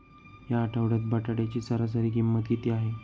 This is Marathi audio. या आठवड्यात बटाट्याची सरासरी किंमत किती आहे?